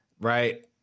right